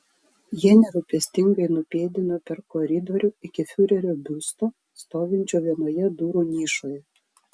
jie nerūpestingai nupėdino per koridorių iki fiurerio biusto stovinčio vienoje durų nišoje